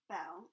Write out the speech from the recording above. Bell